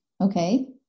okay